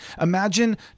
Imagine